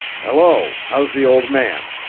hello! how's the old man?